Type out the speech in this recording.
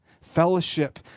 Fellowship